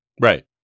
Right